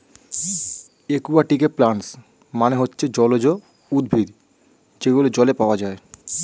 একুয়াটিকে প্লান্টস মানে হচ্ছে জলজ উদ্ভিদ যেগুলো জলে পাওয়া যায়